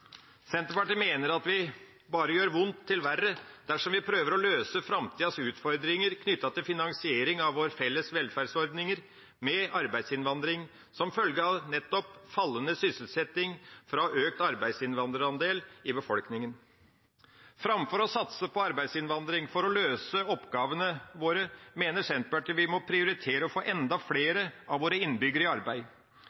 Senterpartiet mener at det bare gjør vondt verre hvis vi prøver å løse framtidas utfordringer knyttet til finansiering av våre felles velferdsordninger med arbeidsinnvandring, som følge av nettopp fallende sysselsetting fra den økte arbeidsinnvandrerandelen i befolkningen. Framfor å satse på arbeidsinnvandring for å løse oppgavene våre mener Senterpartiet vi må prioritere å få enda flere av våre innbyggere i arbeid.